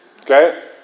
Okay